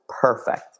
perfect